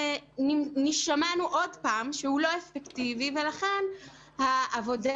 שמענו שוב שהוא לא אפקטיבי ולכן העבודה